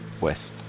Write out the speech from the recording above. west